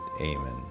Amen